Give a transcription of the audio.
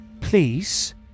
please